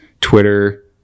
Twitter